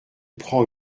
prend